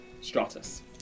Stratus